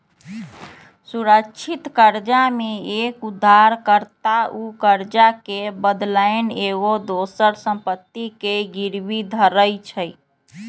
सुरक्षित करजा में एक उद्धार कर्ता उ करजा के बदलैन एगो दोसर संपत्ति के गिरवी धरइ छइ